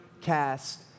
cast